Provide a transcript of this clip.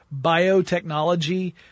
biotechnology